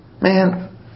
Man